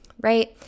right